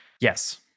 Yes